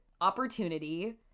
opportunity